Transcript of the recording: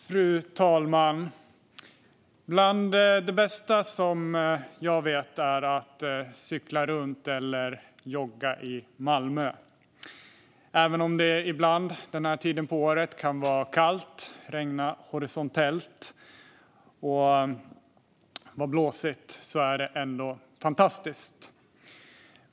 Fru talman! Bland det bästa jag vet är att cykla runt eller jogga i Malmö. Även om det ibland denna tid på året kan vara kallt, regna horisontellt och vara blåsigt är det ändå fantastiskt.